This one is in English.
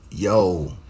Yo